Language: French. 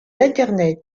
l’internet